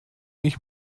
ich